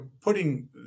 putting